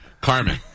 Carmen